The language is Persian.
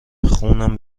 خونم